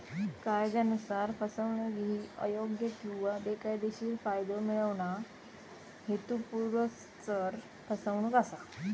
कायदयानुसार, फसवणूक ही अयोग्य किंवा बेकायदेशीर फायदो मिळवणा, हेतुपुरस्सर फसवणूक असा